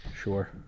sure